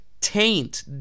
taint